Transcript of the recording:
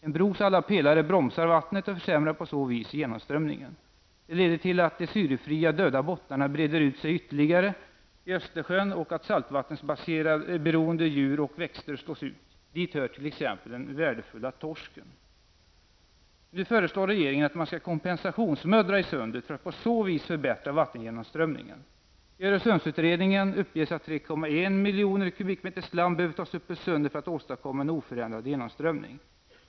En bros alla pelare bromsar vattnet och försämrar på så vis genomströmningen. Det leder till att de syrefria och döda bottnarna breder ut sig ytterligare i Östersjön och att saltvattensberoende djur och växter slås ut. Dit hör t.ex. den värdefulla torsken. Nu föreslår regeringen att man skall kompensationsmuddra i Sundet för att på så vis förbättra vattengenomströmningen. I Öresundsutredningen uppges att 3,1 miljoner kubikmeter slam behöver tas upp ur Sundet för att åstadkomma en oförändrad genomströmning.